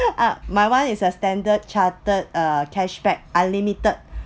uh my one is a Standard Chartered uh cashback unlimited